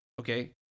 okay